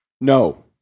No